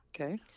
Okay